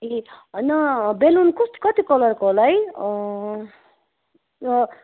ए होइन बेलुन कति कलरको होला है